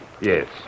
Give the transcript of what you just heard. Yes